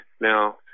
Now